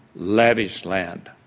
lavish land.